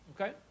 okay